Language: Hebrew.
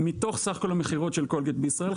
מתוך סך כל המכירות של קולגייט בישראל,